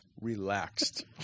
relaxed